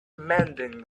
mending